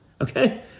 Okay